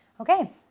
Okay